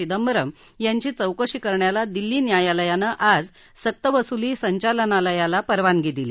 चिंदबरम यांची चौकशी करण्याला दिल्ली न्यायालयाने आज सक्तवसुली संचालनालयाला परवानगी दिली